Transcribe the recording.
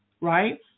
right